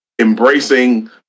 embracing